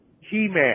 He-Man